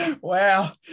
wow